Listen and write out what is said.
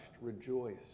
rejoice